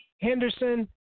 Henderson